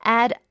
add